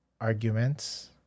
arguments